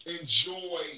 enjoy